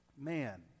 man